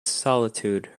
solitude